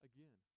Again